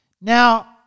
Now